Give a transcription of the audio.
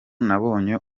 nabonye